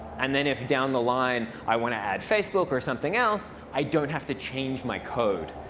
and then if, down the line, i want to add facebook or something else, i don't have to change my code.